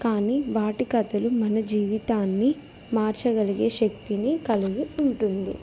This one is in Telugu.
కానీ వాటి కథలు మన జీవితాన్ని మార్చగలిగే శక్తిని కలిగి ఉంటుంది